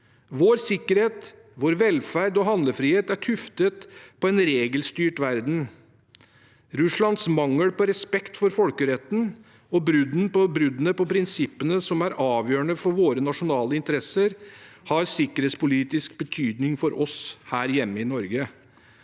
Vår sikkerhet, vår velferd og vår handlefrihet er tuftet på en regelstyrt verden. Russlands mangel på respekt for folkeretten og bruddene på prinsippene som er avgjørende for våre nasjonale interesser, har sikkerhetspolitisk betydning for oss her hjemme i Norge.